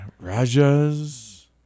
Rajas